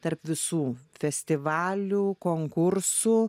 tarp visų festivalių konkursų